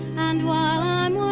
and while i'm